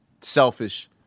selfish